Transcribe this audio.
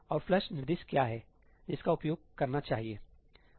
और फ्लश निर्देश क्या है जिसका उपयोग करना चाहिए